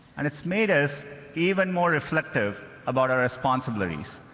and it's made us even more reflective about our responsibilities.